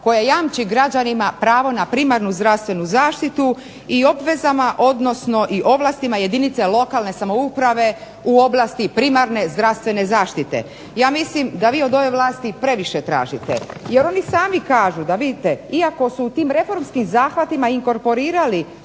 koje jamči građanima na primarnu zdravstvenu zaštitu i obvezama i ovlastima jedinica lokalne samouprave u oblasti primarne zdravstvene zaštite. Ja mislim da vi od ove vlasti previše tražite, jer oni sami kažu da vidite, iako su u tim reformskim zahvatima inkorporirali